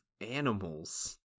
Animals